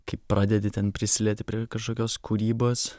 kai pradedi ten prisilieti prie kažkokios kūrybos